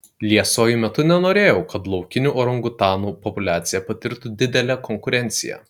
liesuoju metu nenorėjau kad laukinių orangutanų populiacija patirtų didelę konkurenciją